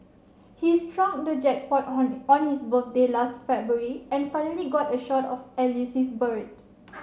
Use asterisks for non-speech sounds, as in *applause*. he struck the jackpot *unintelligible* on his birthday last February and finally got a shot of elusive bird